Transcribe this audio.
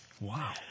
Wow